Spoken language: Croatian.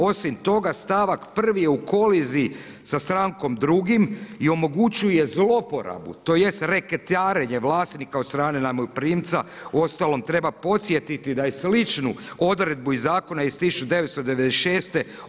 Osim toga, st. 1. je u koliziji sa st. 2. i omogućuje zloporabu tj. reketarenje vlasnika od strane najmoprimca, uostalom treba podsjetiti da je sličnu odredbu iz Zakona iz 1996.